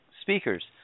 speakers